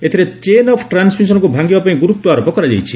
ଏଥିରେ chain of ଟ୍ରାନ୍ସମିଶନ୍କୁ ଭାଙ୍ଗିବା ପାଇଁ ଗୁରୁଡ୍ୱ ଆରୋପ କରାଯାଇଛି